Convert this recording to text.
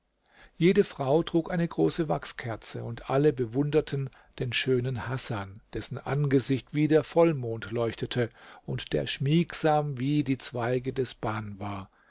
jede frau trug eine große wachskerze und alle bewunderten den schönen hasan dessen angesicht wie der vollmond leuchtete und der schmiegsam wie die zweige des ban war